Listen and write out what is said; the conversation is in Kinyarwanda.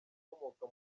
ukomoka